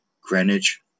Greenwich